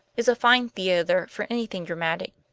is a fine theater for anything dramatic.